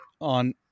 on